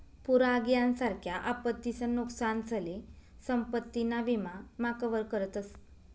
पूर आग यासारख्या आपत्तीसन नुकसानसले संपत्ती ना विमा मा कवर करतस